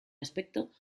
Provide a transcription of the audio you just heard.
aspecto